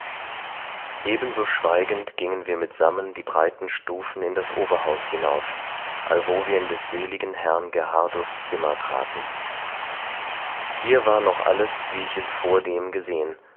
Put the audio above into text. ebenso schweigend gingen wir mitsammen die breiten stufen in das oberhaus hinauf allwo wir in des seligen herrn gerhardus zimmer traten hier war noch alles wie ich es vordem gesehen